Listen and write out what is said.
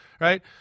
right